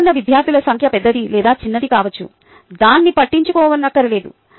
పాల్గొన్న విద్యార్థుల సంఖ్య పెద్దది లేదా చిన్నది కావచ్చు దాన్ని పట్టించుకోవక్కర్లేదు